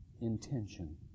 Intention